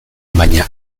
baina